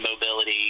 mobility